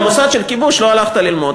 במוסד של כיבוש לא הלכת ללמוד,